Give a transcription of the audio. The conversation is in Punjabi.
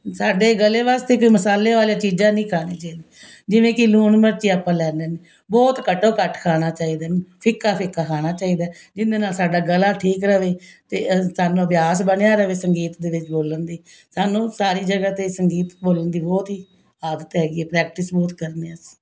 ਅਤੇ ਸਾਡੇ ਗਲੇ ਵਾਸਤੇ ਕੋਈ ਮਸਾਲੇ ਵਾਲੀਆਂ ਚੀਜਾਂ ਨਹੀਂ ਖਾਣੀਆਂ ਚਾਹੀਦੀਆਂ ਜਿਵੇਂ ਕਿ ਲੂਣ ਮਿਰਚ ਆਪਾਂ ਲੈਂਦੇ ਨਹੀਂ ਬਹੁਤ ਘੱਟੋ ਘੱਟ ਖਾਣਾ ਚਾਹੀਦਾ ਫਿੱਕਾ ਫਿੱਕਾ ਖਾਣਾ ਚਾਹੀਦਾ ਹੈ ਜਿਸ ਦੇ ਨਾਲ ਸਾਡਾ ਗਲਾ ਠੀਕ ਰਹੇ ਅਤੇ ਸਾਨੂੰ ਅਭਿਆਸ ਬਣਿਆ ਰਹੇ ਸੰਗੀਤ ਦੇ ਵਿੱਚ ਬੋਲਣ ਦੀ ਸਾਨੂੰ ਸਾਰੀ ਜਗ੍ਹਾ 'ਤੇ ਸੰਗੀਤ ਬੋਲਣ ਦੀ ਬਹੁਤ ਹੀ ਆਦਤ ਹੈਗੀ ਹੈ ਪ੍ਰੈਕਟਿਸ ਬਹੁਤ ਕਰਦੇ ਅਸੀਂ